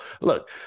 Look